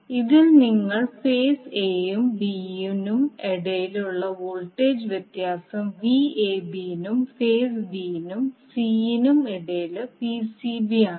ഇതിൽ നിങ്ങൾ phase a നും b നും ഇടയിലുള്ള വോൾട്ടേജ് വ്യത്യാസം Vab ഉം ഫേസ് b നും c നും ഇടയിൽ Vcb ആണ്